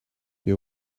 your